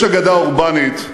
יש אגדה אורבנית,